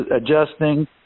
adjusting